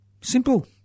Simple